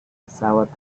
pesawat